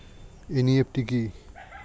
NEFT কি?